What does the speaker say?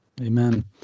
Amen